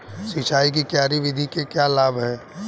सिंचाई की क्यारी विधि के लाभ क्या हैं?